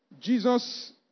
Jesus